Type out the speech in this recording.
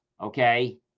okay